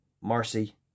Marcy